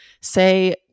say